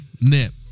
nip